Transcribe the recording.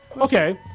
okay